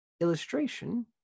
illustration